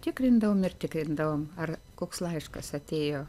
tikrindavom ir tikrindavom ar koks laiškas atėjo